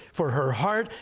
for her heart.